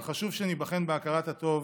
אבל חשוב שניבחן בהכרת הטוב